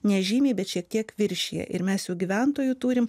nežymiai bet šiek tiek viršija ir mes jau gyventojų turim